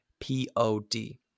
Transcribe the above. P-O-D